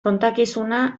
kontakizuna